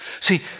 See